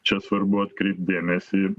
čia svarbu atkreipt dėmesį